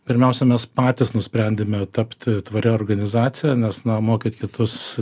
pirmiausia mes patys nusprendėme tapti tvaria organizacija nes na mokyt kitus